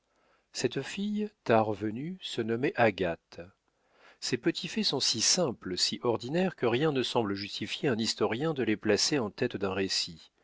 cette fille tard venue se nommait agathe ces petits faits sont si simples si ordinaires que rien ne semble justifier un historien de les placer en tête d'un récit